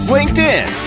LinkedIn